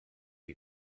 you